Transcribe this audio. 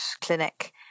Clinic